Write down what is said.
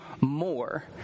more